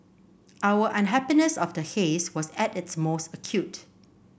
our unhappiness of the haze was at its most acute